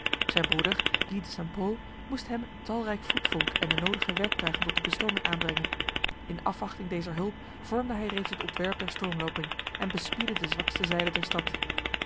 zijn broeder guy de st pol moest hem een talrijk voetvolk en de nodige werktuigen tot de bestorming aanbrengen in afwachting dezer hulp vormde hij reeds het ontwerp der stormloping en bespiedde de zwakste zijde der stad